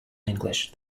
english